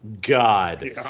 God